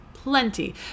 Plenty